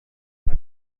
hati